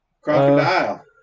crocodile